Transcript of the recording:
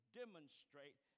demonstrate